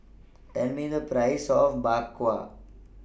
Tell Me The Price of Bak Kwa